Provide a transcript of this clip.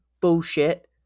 bullshit